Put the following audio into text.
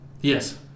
Yes